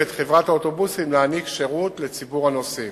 את חברת האוטובוסים להעניק שירות לציבור הנוסעים.